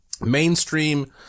mainstream